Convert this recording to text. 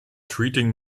treating